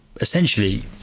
essentially